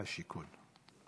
והשיכון.